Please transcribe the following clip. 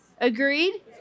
agreed